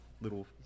little